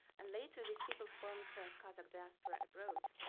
and later these people formed a kazakh diasporic route.